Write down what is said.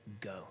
go